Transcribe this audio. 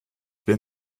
bin